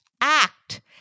Act